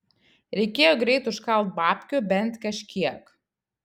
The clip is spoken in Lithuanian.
reikėjo greit užkalt babkių bent kažkiek